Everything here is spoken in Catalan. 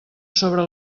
sobre